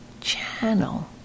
channel